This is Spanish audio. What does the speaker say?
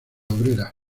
obrera